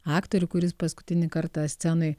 aktorių kuris paskutinį kartą scenoj